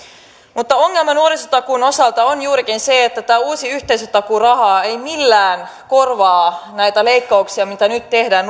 mutta ongelma nuorisotakuun osalta on juurikin se että tämä uusi yhteisötakuuraha ei millään korvaa näitä leikkauksia joita nyt tehdään